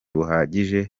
buhagije